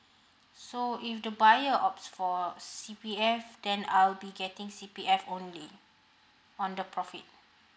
so if the buyer opts for C_P_F then I'll be getting C_P_F only on the profit